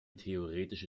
theoretische